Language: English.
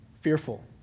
fearful